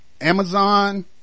Amazon